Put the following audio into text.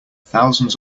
thousands